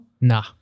Nah